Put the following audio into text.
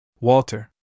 Walter